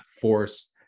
force